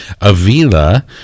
Avila